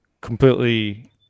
completely